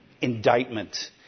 indictment